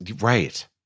Right